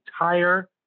entire